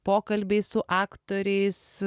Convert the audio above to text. pokalbiai su aktoriais